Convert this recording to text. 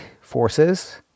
forces